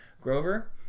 Grover